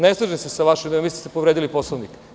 Ne slažem se sa vašom idejom, mislim da ste povredili Poslovnik.